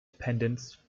dependence